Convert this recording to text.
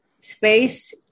space